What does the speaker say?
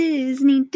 Disney